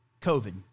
COVID